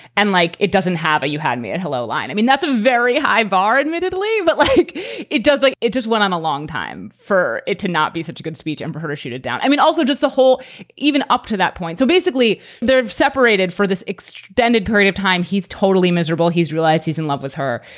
and like, it doesn't have a you had me at hello line. i mean, that's a very high bar, admittedly, but like it does. like it just went on a long time for it to not be such a good speech and for her to shoot it down. i mean, also just the whole even up to that point. so basically they separated for this extended period of time. he's totally miserable. he's realized he's in love with her.